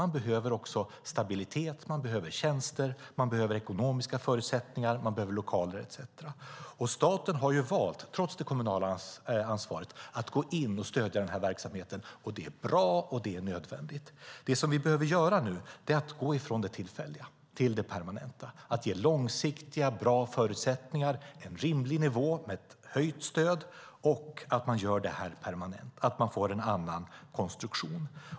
Man behöver stabilitet, tjänster, ekonomiska förutsättningar och lokaler. Staten har, trots det kommunala ansvaret, valt att gå in och stödja den här verksamheten. Det är bra, och det är nödvändigt. Nu behöver vi gå från det tillfälliga till det permanenta och ge långsiktiga och bra förutsättningar och en rimlig nivå med höjt stöd. Man behöver få en annan konstruktion.